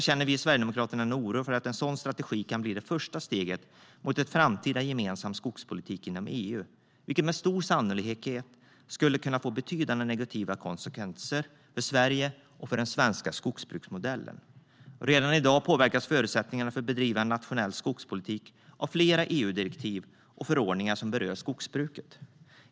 Vi i Sverigedemokraterna känner en oro för att en sådan strategi kan bli det första steget mot en framtida gemensam skogspolitik inom EU, vilket med stor sannolikhet skulle kunna få betydande negativa konsekvenser för Sverige och för den svenska skogsbruksmodellen. Redan i dag påverkas förutsättningarna för att bedriva en nationell skogspolitik av flera EU-direktiv och förordningar som berör skogsbruket.